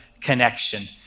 connection